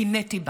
קינאתי בה,